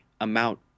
amount